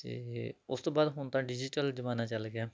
ਅਤੇ ਉਸ ਤੋਂ ਬਾਅਦ ਹੁਣ ਤਾਂ ਡਿਜ਼ੀਟਲ ਜ਼ਮਾਨਾ ਚੱਲ ਗਿਆ